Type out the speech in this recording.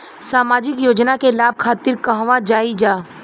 सामाजिक योजना के लाभ खातिर कहवा जाई जा?